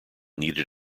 needed